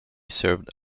served